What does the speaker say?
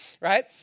right